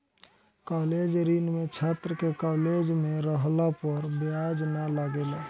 college ऋण में छात्र के कॉलेज में रहला पर ब्याज ना लागेला